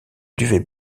duvet